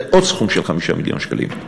זה עוד סכום של 5 מיליון שקלים.